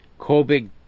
COVID